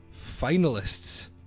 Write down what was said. finalists